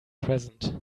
present